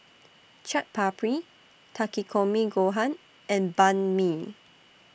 Chaat Papri Takikomi Gohan and Banh MI